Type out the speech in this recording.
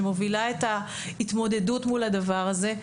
שמובילה את ההתמודדות מול הדבר הזה,